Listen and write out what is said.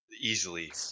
easily